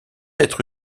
être